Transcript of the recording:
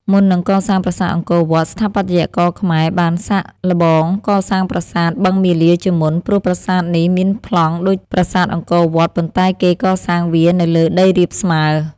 មុននឹងកសាងប្រាសាទអង្គរវត្ត ស្ថាបត្យករខ្មែរបានសាកល្បង កសាងប្រាសាទ បឹងមាលាជាមុន ព្រោះប្រាសាទនេះមានប្លង់ដូចប្រាសាទអង្គរវត្ត ប៉ុន្តែគេកសាងវានៅលើដីរាបស្មើ។